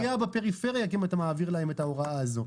אתה פוגע בפריפריה אם אתה מעביר להם את ההוראה הזאת.